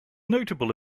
notable